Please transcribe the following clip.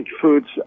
foods